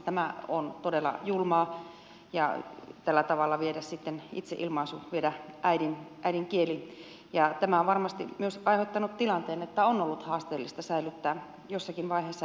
tämä on todella julmaa tällä tavalla viedä itseilmaisu viedä äidinkieli ja tämä on varmasti myös aiheuttanut tilanteen että on ollut haasteellista säilyttää jossakin vaiheessa saame kotikielenä